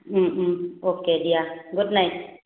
okay দিয়া good night